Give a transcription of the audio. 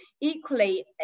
equally